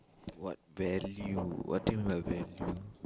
whaT_Value what do you mean by value